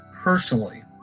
personally